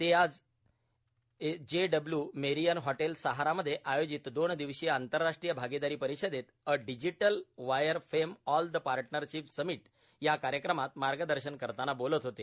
ते आज येथील जे डब्ल्यू मेरियर हॉटेल सहारामध्ये आयोजित दोन दिवसीय आंतरराष्ट्रीय आगिदारी परिषदेत a digital wire fame all the partnership summit या कार्यक्रमात मार्गदर्शन करताना बोलत होते